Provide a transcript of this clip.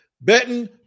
betting